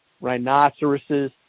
rhinoceroses